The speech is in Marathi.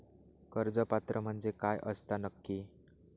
कर्ज पात्र म्हणजे काय असता नक्की?